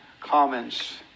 comments